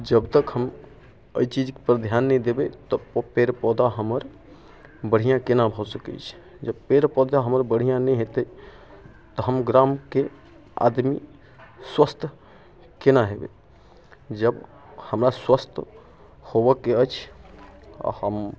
जब तक हम अइ चीजपर ध्यान नहि देबै तऽ ओ पेड़ पौधा हमर बढ़िआँ केना भऽ सकै छै पेड़ पौधा हमर बढ़िआँ नहि हेतै तऽ हम ग्रामके आदमी स्वस्थ केना हेबै जब हमरा स्वस्थ होबऽक अछि आओर हम